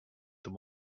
them